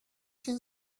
can